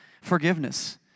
Forgiveness